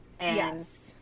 Yes